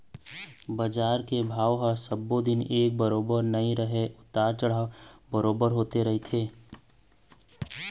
बजार के भाव ह सब्बो दिन एक बरोबर नइ रहय उतार चढ़ाव बरोबर होते रहिथे